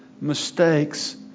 mistakes